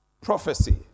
prophecy